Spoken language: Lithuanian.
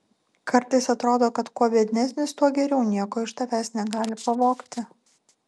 kartais atrodo kad kuo biednesnis tuo geriau nieko iš tavęs negali pavogti